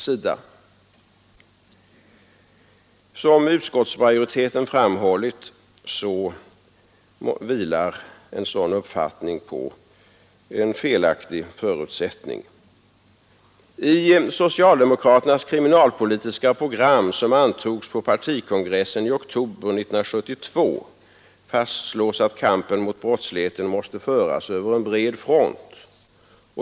Som utskottsmajoriteten framhållit vilar en sådan uppfattning på en felaktig förutsättning. I socialdemokraternas kriminalpolitiska program som antogs av partikongressen i oktober 1972 fastslås, att kampen mot brottsligheten måste föras över en bred front.